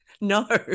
No